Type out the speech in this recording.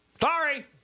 sorry